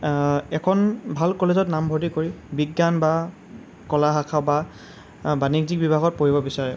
এখন ভাল কলেজত নামভৰ্তি কৰি বিজ্ঞান বা কলা শাখা বা বাণিজ্যিক বিভাগত পঢ়িব বিচাৰে